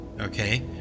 Okay